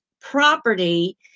property